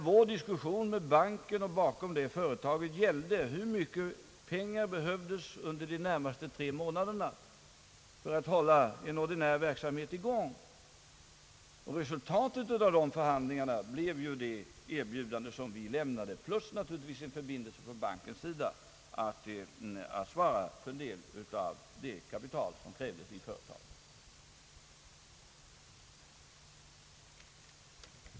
Vår diskussion med banken och bakom den företaget gällde ju hur mycket pengar som behövdes under de närmaste tre månaderna för att hålla en ordinär verksamhet i gång. Resultatet av dessa förhandlingar blev ju det erbjudande som vi lämnade plus naturligtvis en förbindelse från bankens sida att svara för en del av det kapital som krävdes i företaget.